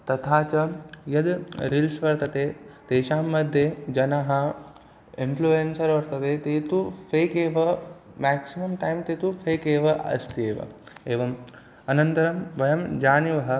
तथा च यद् रील्स् वर्तन्ते तेषां मध्ये जनाः इन्फ़्लुयेन्सर् वर्तन्ते ते तु फ़ेक् एव मेक्सिमम् टैम् ते तु फ़ेक् एव अस्ति एवम् अनन्तरं वयं जानीमः